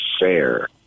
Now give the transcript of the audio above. fair